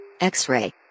X-ray